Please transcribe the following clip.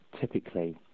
typically